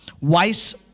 wise